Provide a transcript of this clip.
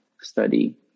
study